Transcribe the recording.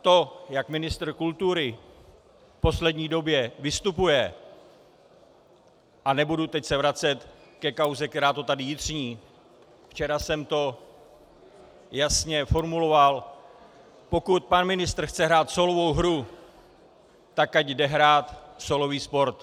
To, jak ministr kultury v poslední době vystupuje, a nebudu se teď vracet ke kauze, která to tady jitří, včera jsem to jasně formuloval, pokud pan ministr chce hrát sólovou hru, tak ať jde hrát sólový sport.